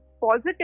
positive